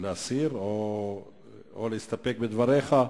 להסיר או להסתפק בדבריך?